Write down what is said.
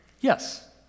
Yes